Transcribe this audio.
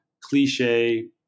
Cliche